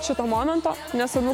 šito momento nesvarbu